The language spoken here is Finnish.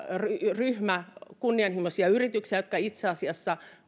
ryhmä kunnianhimoisia yrityksiä joista itse asiassa